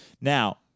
Now